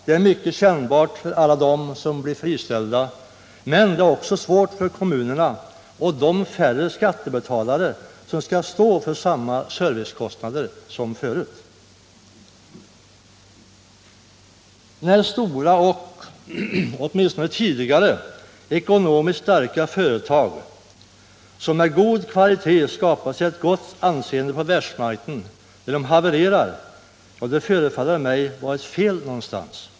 Det är mycket kännbart för alla dem som blir friställda, men det är också svårt för kommunerna och de färre skattebetalare som skall stå för samma servicekostnader som förut. När stora och, åtminstone tidigare, ekonomiskt starka företag som med god kvalitet skapat sig ett gott anseende på världsmarknaden havererar - ja, då förefaller det mig vara fel någonstans.